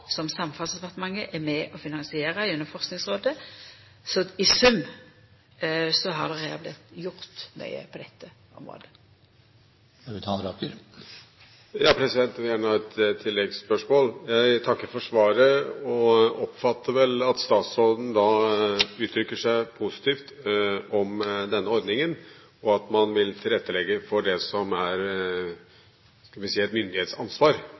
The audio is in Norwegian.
som Samferdselsdepartementet er med og finansierer gjennom Forskingsrådet. Så i sum har det vorte gjort mykje på dette området. Jeg vil gjerne komme med et tilleggsspørsmål. Jeg takker for svaret. Jeg oppfatter vel at statsråden uttrykker seg positivt om denne ordningen, og at man vil tilrettelegge for det som er – skal vi si – et myndighetsansvar